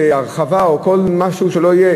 הרחבה או כל משהו שלא יהיה,